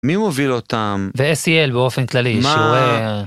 מי מוביל אותם? ו-SEL באופן כללי, שוער.